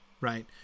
right